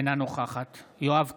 אינה נוכחת יואב קיש,